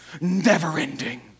never-ending